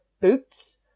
boots